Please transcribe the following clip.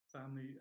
family